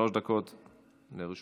שלוש דקות לרשותך.